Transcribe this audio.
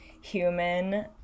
human